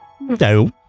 No